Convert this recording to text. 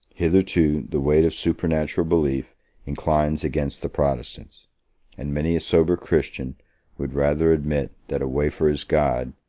hitherto the weight of supernatural belief inclines against the protestants and many a sober christian would rather admit that a wafer is god,